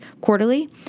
quarterly